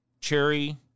cherry